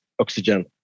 oxygen